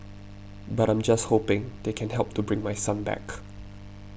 but I'm just hoping they can help to bring my son back